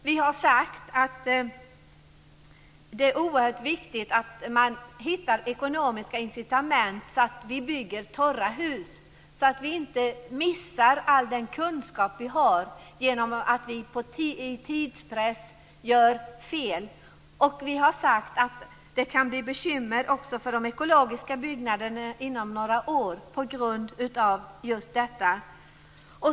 Vi har sagt att det är oerhört viktigt att hitta ekonomiska incitament för att bygga torra hus, så att vi inte missar den kunskap som finns på grund av tidspress. Det kan också inom några år bli bekymmer för byggnader byggt på ett ekologiskt sätt.